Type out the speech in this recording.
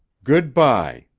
good-bye,